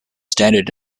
standard